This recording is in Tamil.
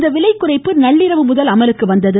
இந்த விலை குறைப்பு நள்ளிரவுமுதல் அமலுக்கு வந்தது